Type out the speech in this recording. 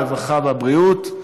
הרווחה והבריאות,